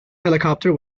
helicopter